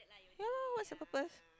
ya lah what's the purpose